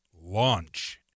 launch